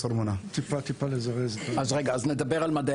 פרופ' ליאת